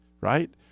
right